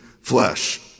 flesh